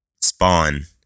Spawn